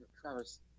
Travis